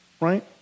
Right